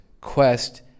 Quest